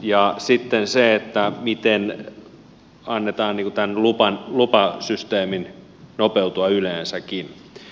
ja miten annetaan tämän lupasysteemin nopeutua yleensäkin